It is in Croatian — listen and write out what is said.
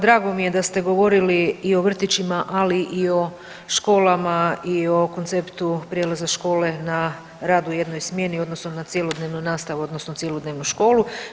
Drago mi je da ste govorili i o vrtićima, ali i o školama i konceptu prijelaza škole na rad u jednoj smjeni odnosno na cjelodnevnu nastavu odnosno cjelodnevnu školu.